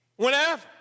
Whenever